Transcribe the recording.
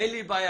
אין לי בעיה,